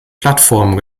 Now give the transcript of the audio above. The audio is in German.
plattformen